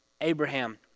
Abraham